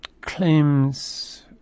claims